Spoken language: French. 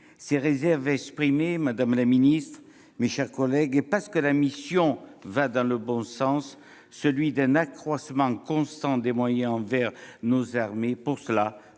Ces réserves exprimées, madame la ministre, mes chers collègues, et parce que la mission va dans le bon sens, celui d'un accroissement constant des moyens accordés à nos armées, le